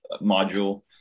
module